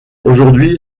aujourd’hui